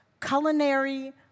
culinary